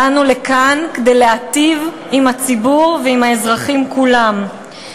באנו לכאן כדי להיטיב עם הציבור ועם האזרחים כולם.